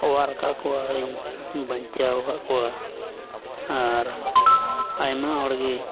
ᱚᱣᱟᱨ ᱠᱟᱜ ᱠᱚᱣᱟ ᱟᱨ ᱤᱧ ᱵᱟᱧᱪᱟᱣ ᱠᱟᱜ ᱠᱚᱣᱟ ᱟᱨ ᱟᱭᱢᱟ ᱦᱚᱲ ᱜᱮ